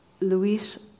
Luis